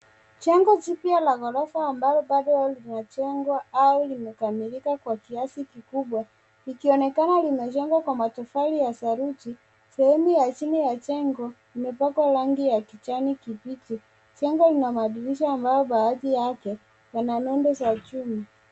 Jengo jipya la ghorofa ambalo bado linajengwa au limekamilika kwa kiasi kikubwa, likionekana limejengwa kwa matofali ya saruji, sehemu ya chini ya jengo limepakwa rangi ya kijani kibichi, jengo lina madirisha ambayo baadhi yake yana nundu za chuma.